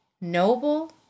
noble